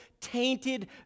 tainted